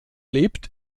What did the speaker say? lebt